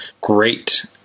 Great